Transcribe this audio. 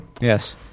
Yes